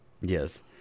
Yes